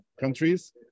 countries